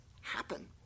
happen